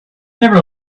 never